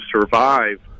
survive